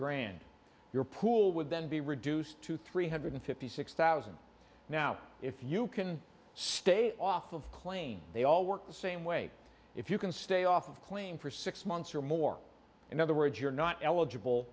grand your pool with then be reduced to three hundred fifty six thousand now if you can stay off of planes they all work the same way if you can stay off of claim for six months or more in other words you're not eligible